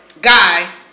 guy